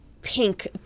Pink